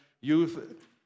youth